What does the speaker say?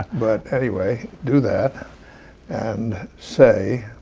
but anyway, do that and say